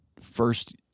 first